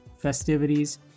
festivities